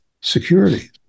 security